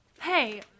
Hey